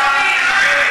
כיפאק.